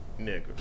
Nigga